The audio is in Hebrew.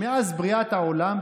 מאז בריאת העולם,